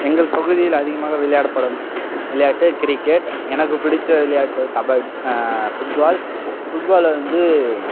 எங்கள் பகுதியில் அதிகமாக விளையாடப்படும் விளையாட்டு கிரிக்கெட் எனக்கு பிடித்த விளையாட்டு கபடி ஃபுட்பால் ஃபுட்பாலில் வந்து